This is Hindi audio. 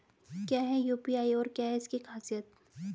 क्या है यू.पी.आई और क्या है इसकी खासियत?